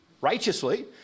righteously